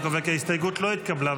אני קובע כי ההסתייגות לא התקבלה.